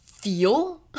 feel